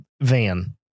van